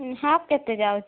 ହୁଁ ହାଫ୍ କେତେ ଯାଉଛି